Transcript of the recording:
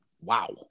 wow